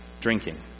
drinking